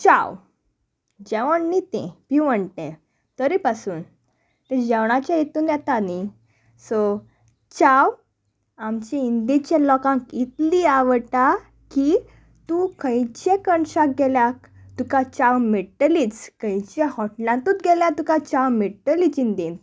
चावव जेवण न्ही तें पिवण तें तरी पासून तें जेवणाच्याे हेतून येता न्ही सो चाव आमचे इंंदीेच्या लोकांक इतली आवडटा की तूं खंयचे कणशाक गेल्याक तुका चाव मेडटलीच खंयच्या हॉटलांतूत गेल्यार तुका चाव मेडटलीच इंदीन